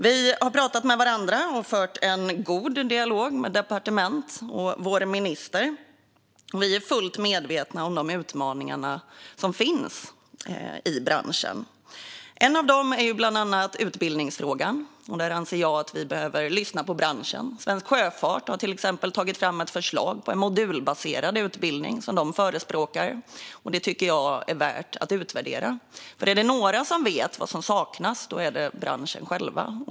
Vi har pratat med varandra och fört en god dialog med departement och vår minister, och vi är fullt medvetna om de utmaningar som finns i branschen. En av dem är bland annat utbildningsfrågan. Där anser vi att vi behöver lyssna på branschen. Svensk Sjöfart har till exempel tagit fram ett förslag på en modulbaserad utbildning som de förespråkar. Det tycker jag är värt att utvärdera, för är det några som vet vad som saknas är det branschen själv.